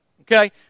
Okay